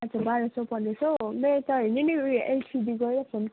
अच्छा बाह्र सय पन्ध्र सय मेरो त हेर्नु नि उयो एलसिडी गयो फोनको